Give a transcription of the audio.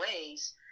ways